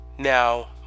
Now